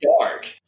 dark